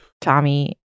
Tommy